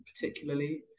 particularly